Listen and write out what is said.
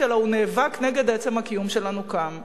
אלא הוא נאבק נגד עצם הקיום שלנו כאן.